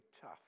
tough